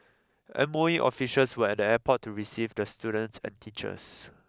M O E officials were at the airport to receive the students and teachers